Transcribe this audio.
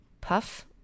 Puff